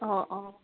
অঁ অঁ